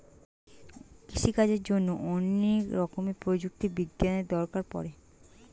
কৃষিকাজের জন্যে অনেক রকমের প্রযুক্তি বিজ্ঞানের দরকার পড়ে